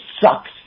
sucks